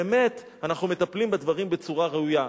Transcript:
באמת, אנחנו מטפלים בדברים בצורה ראויה.